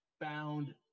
found